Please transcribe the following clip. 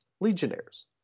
Legionnaires